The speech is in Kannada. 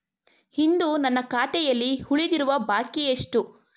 ಇಂದು ನನ್ನ ಖಾತೆಯಲ್ಲಿ ಉಳಿದಿರುವ ಬಾಕಿ ಎಷ್ಟು?